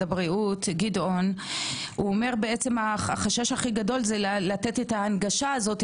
הבריאות החשש הכי גדול הוא לתת את ההנגשה הזאת,